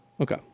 Okay